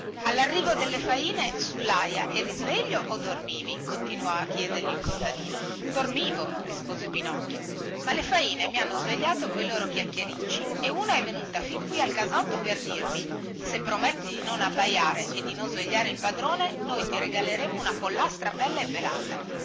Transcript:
allarrivo delle faine sullaia eri sveglio o dormivi continuò a chiedergli il contadino dormivo rispose pinocchio ma le faine mi hanno svegliato coi loro chiacchiericci e una è venuta fin qui al casotto per dirmi se prometti di non abbaiare e di non svegliare il padrone noi ti regaleremo una pollastra belle pelata